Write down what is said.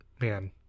man